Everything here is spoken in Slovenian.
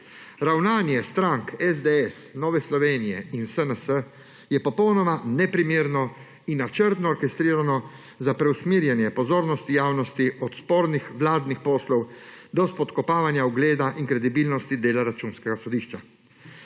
Ravnanje strank SDS, Nove Slovenije in SNS je popolnoma neprimerno in načrtno orkestrirano za preusmerjanje pozornosti javnosti od spornih vladnih poslov, do spodkopavanja ugleda in kredibilnosti dela Računskega sodišča.